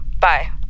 Bye